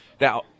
now